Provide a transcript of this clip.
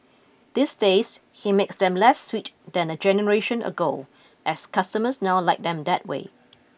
these days he makes them less sweet than a generation ago as customers now like them that way